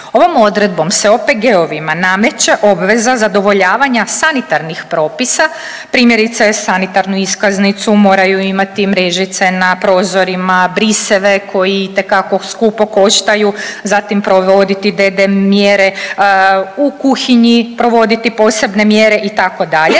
Ovom odredbom se OPG-ovima nameće obveza zadovoljavanja sanitarnih propisa. Primjerice sanitarnu iskaznicu, moraju imati mrežice na prozorima, briseve koji itekako skupo koštaju, zatim provoditi DDD mjere, u kuhinji provoditi posebne mjere itd.